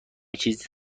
چیز